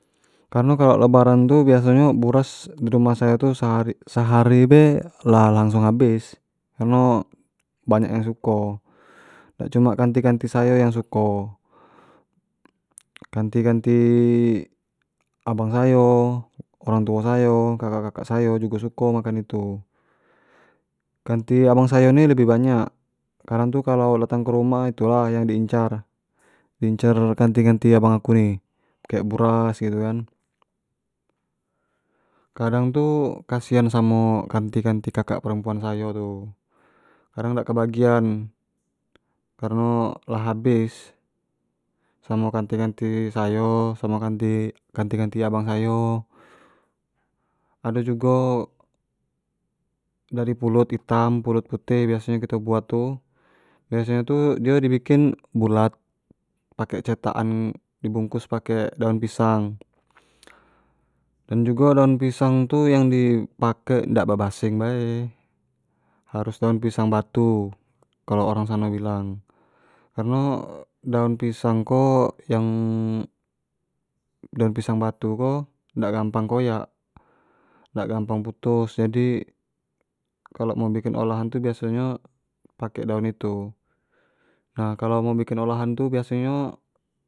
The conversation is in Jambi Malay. Kareno kalo lebaran tu biaso nyo buras di rumah sayo tu se- sehari be lah lah langsung habis, kareno banyak yang suko dak cuma kanti-kanti sayo yang suko kanti kanti abang sayo, orang tuo sayo, kakak kakak sayo jugo suko makan itu, kanti abang sayo ni lebih banyak, kadang tu kalau dating ke rumah tu itu lah yang di incar-di incar kanti-kanti abang aku ni, kek buras gitu kan kadang tu kasian samo kanti kanti perempuan kakak kakak perempuan sayo tu, kadang dak kebagian kareno lah habis samo kanti kanti sayo, samo kanti kanti abang sayo, ado jugo dari pulut itam, pulut putih biaso nyo kito buat tu, biaso nyo tu dio di bikin bulat pake cetak an di bungkus pake daun pisang dan jugo daun pisang tu yang di pake dak be basing bae, harus daun pisang batu kalo orang sano bilang, kareno daun pisang ko yang daun pisang batu ko dak gampang koyak, dak gampang putus, jadi kalo nak bikin olaha tu biaso nyo pake daun itu, nah kalo nak bikin olahan tu biaso nyo.